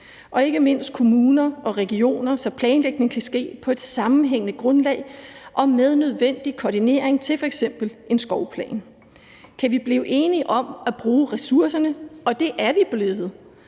og ikke mindst kommuner og regioner, så planlægning kan ske på et sammenhængende grundlag og med nødvendig koordinering til f.eks. en skovplan. Kan vi blive enige om at bruge ressourcerne – og det er vi blevet